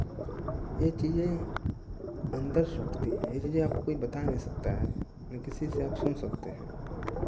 ये चीज़ें अन्दर सोचते हैं ये चीज़ें आपको कोई बता नहीं सकता है ना किसी से आप सुन सकते हैं